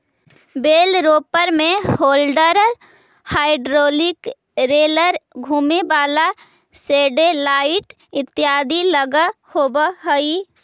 बेल wrapper में handler, hydraulic roller, घुमें वाला सेटेलाइट इत्यादि लगल होवऽ हई